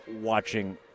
watching